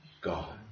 God